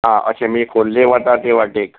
आं अशें म्हणजे खोल्ले वता ते वाटेक